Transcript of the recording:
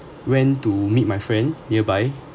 went to meet my friend nearby